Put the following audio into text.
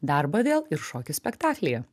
darbą vėl ir šoki spektaklyje